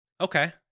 Okay